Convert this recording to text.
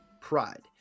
pride